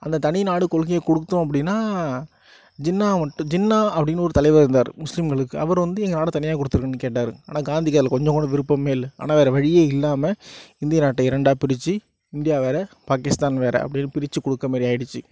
அந்த தனி நாடு கொள்கையை கொடுத்தோம் அப்படினால் ஜின்னா மட்டும் ஜின்னா அப்படினு ஒரு தலைவர் இருந்தார் முஸ்லிம்களுக்கு அவர் வந்து எங்கள் நாடை தனியாக கொடுத்துருங்கனு கேட்டார் ஆனால் காந்திக்கு அதில் கொஞ்சம் கூட விருப்பமே இல்லை ஆனால் வேறு வழியே இல்லாமல் இந்திய நாட்டை இரண்டாக பிரிச்சு இந்தியா வேறு பாகிஸ்தான் வேறு அப்படினு பிரிச்சு கொடுக்குறமாரி ஆயிடுச்சு